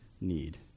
need